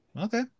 Okay